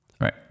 right